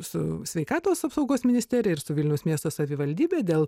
su sveikatos apsaugos ministerija ir su vilniaus miesto savivaldybe dėl